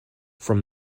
from